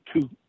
two